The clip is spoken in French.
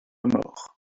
mort